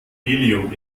helium